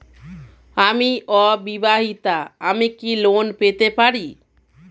আমি অবিবাহিতা আমি কি লোন পেতে পারি?